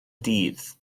dydd